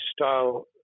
style